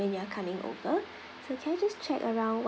when you are coming over so can I just check around what